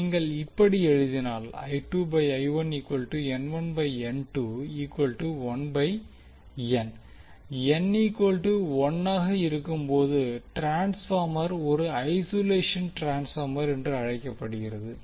நீங்கள் இப்படி எழுதினால் N 1 ஆக இருக்கும்போது ட்ரான்ஸ்பார்மர் ஒரு ஐசோலேஷன் ட்ரான்ஸ்பார்மர் என்று அழைக்கப்படுகிறது